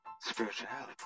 spirituality